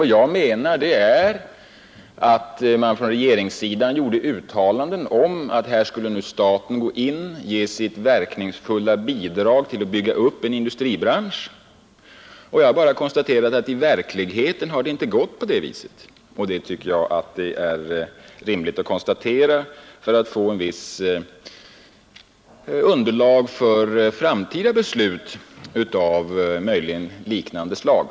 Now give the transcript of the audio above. Vad jag framhållit är att man på regeringshåll gjorde uttalanden om att staten skulle gå in och ge sitt verkningsfulla bidrag till att bygga upp en industribransch men att det i verkligheten inte gått på det sättet. Jag tycker att det är rimligt att göra ett sådant konstaterande för att man skall få bättre underlag för framtida beslut av liknande slag.